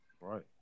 Right